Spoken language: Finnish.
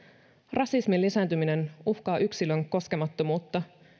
rasismin lisääntyminen uhkaa yksilön koskemattomuutta